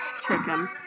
chicken